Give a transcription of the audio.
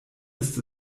ist